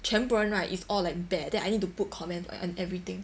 全部人 right it's all like bad then I need to put comments and everything